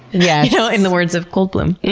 yeah so in the words of goldblum.